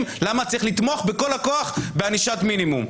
למה צריך לתמוך בכל הכוח בענישת מינימום.